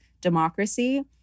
democracy